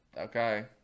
okay